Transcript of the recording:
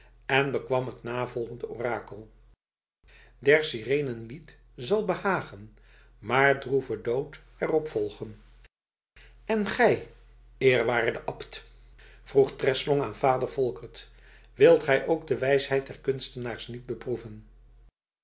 en bekwam het navolgend orakel de sirènes le chant plaira mais male mort s'en suivera en gij eerwaardige abt vroeg treslong aan vader volkert wilt gij ook de wijsheid des kunstenaars niet beproeven